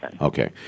Okay